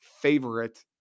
favorite